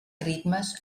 ritmes